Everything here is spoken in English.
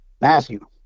Matthew